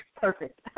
perfect